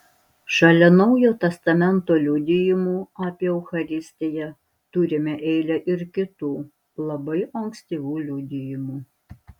šalia naujo testamento liudijimų apie eucharistiją turime eilę ir kitų labai ankstyvų liudijimų